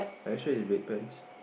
are you sure it's red pants